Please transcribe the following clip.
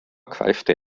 kreischte